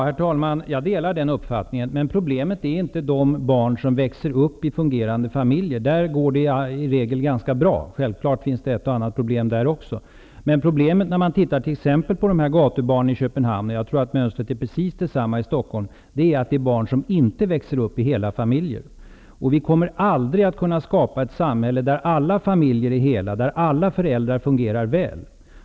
Herr talman! Jag delar den uppfattningen, men problemet är inte de barn som växer upp i fungerande familjer. Där går det i regel ganska väl. Självklart finns det ett och annat problem även där. Problemet med gatubarnen i Köpenhamn är -- jag tror att mönstret är precis detsamma i Stockholm -- att det är barn som inte växer upp i hela familjer. Vi kommer aldrig att kunna skapa ett samhälle där alla familjer är hela, där alla föräldrar fungerar väl.